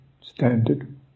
standard